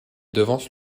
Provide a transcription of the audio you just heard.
devance